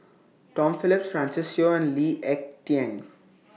Tom Phillips Francis Seow and Lee Ek Tieng